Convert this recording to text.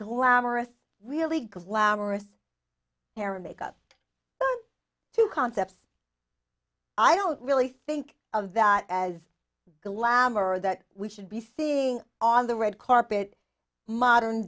glamorous really glamorous hair and makeup to concepts i don't really think of that as glamorous that we should be seeing on the red carpet modern